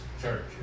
church